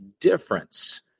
difference